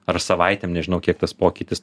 ar savaitėm nežinau kiek tas pokytis